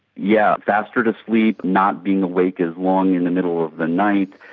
yeah faster to sleep, not being awake as long in the middle of the night,